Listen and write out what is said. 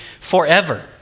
forever